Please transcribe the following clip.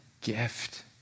gift